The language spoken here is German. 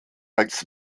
als